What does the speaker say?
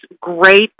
great